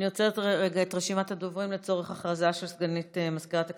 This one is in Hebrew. אני עוצרת רגע את רשימת הדוברים לצורך הודעה של סגנית מזכירת הכנסת.